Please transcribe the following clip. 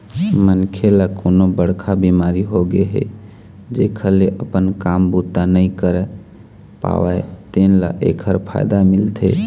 मनखे ल कोनो बड़का बिमारी होगे हे जेखर ले अपन काम बूता नइ कर पावय तेन ल एखर फायदा मिलथे